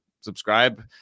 subscribe